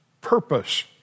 purpose